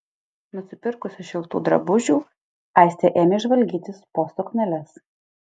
nusipirkusi šiltų drabužių aistė ėmė žvalgytis po sukneles